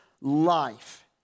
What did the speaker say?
life